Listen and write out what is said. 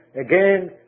Again